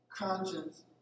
conscience